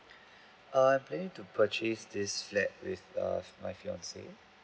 err I am planning to purchase this flat with err my fiancee